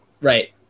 Right